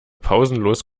pausenlos